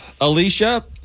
Alicia